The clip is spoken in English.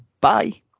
bye